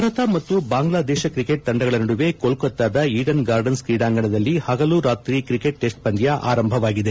ಭಾರತ ಮತ್ತು ಬಾಂಗ್ಲಾದೇಶ ಕ್ರಿಕೆಟ್ ತಂಡಗಳ ನಡುವೆ ಕೊಲ್ಕ ತ್ತಾದ ಈಡನ್ ಗಾರ್ಡನ್ಸ್ ಕ್ರೀಡಾಂಗಣದಲ್ಲಿ ಹಗಲು ರಾತ್ರಿ ಟೆಸ್ಟ್ ಪಂದ್ಯ ಆರಂಭವಾಗಿದೆ